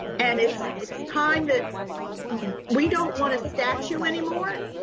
and it's it's time that we don't wanna statue anymore.